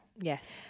Yes